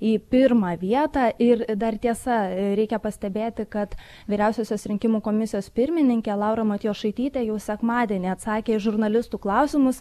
į pirmą vietą ir dar tiesa reikia pastebėti kad vyriausiosios rinkimų komisijos pirmininkė laura matjošaitytė jau sekmadienį atsakė į žurnalistų klausimus